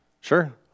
Sure